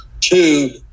two